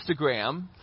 Instagram